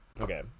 okay